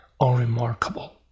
unremarkable